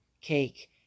cake